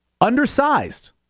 Undersized